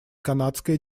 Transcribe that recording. канадская